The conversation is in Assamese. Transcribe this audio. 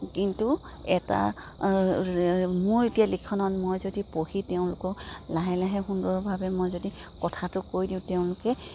কিন্তু এটা মোৰ এতিয়া লিখনত মই যদি পঢ়ি তেওঁলোকক লাহে লাহে সুন্দৰভাৱে মই যদি কথাটো কৈ দিওঁ তেওঁলোকে